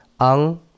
Ang